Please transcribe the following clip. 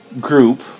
group